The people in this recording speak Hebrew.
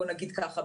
בוא נגיד ככה,